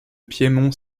piémont